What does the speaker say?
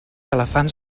elefants